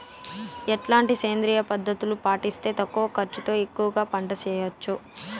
ఎట్లాంటి సేంద్రియ పద్ధతులు పాటిస్తే తక్కువ ఖర్చు తో ఎక్కువగా పంట చేయొచ్చు?